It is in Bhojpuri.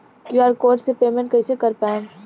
क्यू.आर कोड से पेमेंट कईसे कर पाएम?